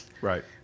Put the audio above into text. right